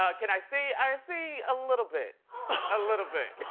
ah can i see? i see a little bit a little bit.